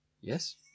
Yes